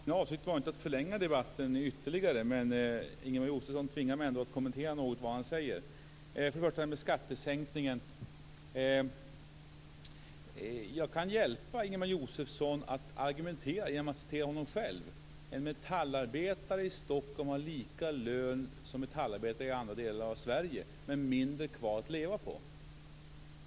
Fru talman! Min avsikt var inte att förlänga debatten ytterligare, men Ingemar Josefsson tvingar mig ändå att något kommentera vad han säger. För det första gällde det skattesänkningen. Jag kan hjälpa Ingemar Josefsson att argumentera genom att citera honom själv: En metallarbetare i Stockholm har lika lön som metallarbetare i andra delar av Sverige men mindre kvar att leva på.